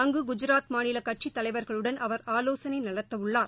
அங்குகுஜராத் மாநிலகட்சிதலைவர்களுடன் அவர் ஆலோசனைநடத்தஉள்ளார்